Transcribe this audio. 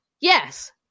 Yes